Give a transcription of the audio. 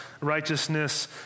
righteousness